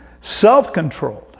Self-controlled